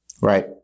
Right